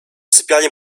sypianie